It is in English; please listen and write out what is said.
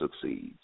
succeeds